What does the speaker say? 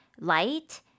light